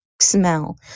smell